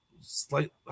slight